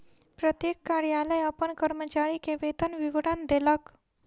प्रत्येक कार्यालय अपन कर्मचारी के वेतन विवरण देलक